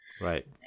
Right